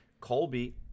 Colby